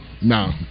No